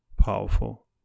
powerful